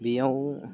बेयाव